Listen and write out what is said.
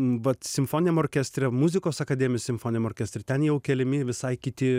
vat simfoniniam orkestre muzikos akademijos simfoniniam orkestre ten jau keliami visai kiti